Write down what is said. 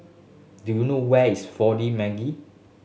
do you know where is Four D Magi